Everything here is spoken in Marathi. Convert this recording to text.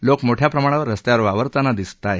लोक मोठ्या प्रमाणावर रस्त्यावर वावरताना दिसत आहेत